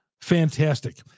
fantastic